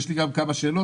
יש לי גם כמה שאלות.